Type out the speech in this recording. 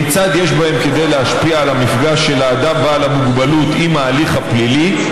כיצד יש בהן כדי להשפיע על המפגש של האדם בעל המוגבלות עם ההליך הפלילי,